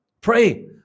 Pray